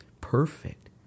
perfect